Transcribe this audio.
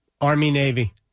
Army-Navy